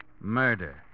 murder